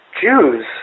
Jews